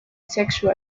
sexual